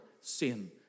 sin